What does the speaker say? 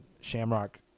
shamrock